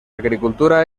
agricultura